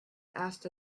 asked